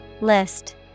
List